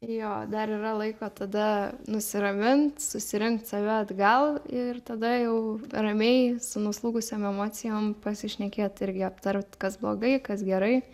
jo dar yra laiko tada nusiramint susirinkt save atgal ir tada jau ramiai su nuslūgusiom emocijom pasišnekėt irgi aptart kas blogai kas gerai